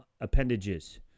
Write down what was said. appendages